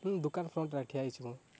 ହୁଁ ଦୋକାନ ଫ୍ରଣ୍ଟରେ ଠିଆ ହେଇଛି ମୁଁ